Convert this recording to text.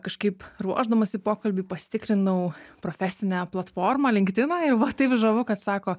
kažkaip ruošdamasi pokalbiui pasitikrinau profesinę platformą linkediną ir va taip žavu kad sako